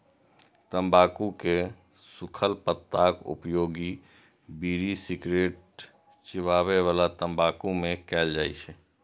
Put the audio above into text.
तंबाकू के सूखल पत्ताक उपयोग बीड़ी, सिगरेट, चिबाबै बला तंबाकू मे कैल जाइ छै